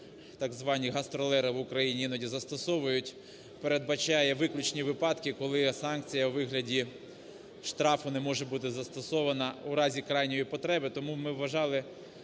так звані "гастролери" в Україні іноді застосовують. Передбачає виключні випадки, коли санкція у вигляді штрафу не може бути застосована в разі крайньої потреби. Тому ми вважали